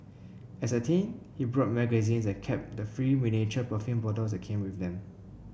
as a teen he bought magazines and kept the free miniature perfume bottles that came with them